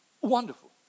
wonderful